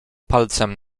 palcem